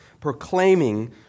proclaiming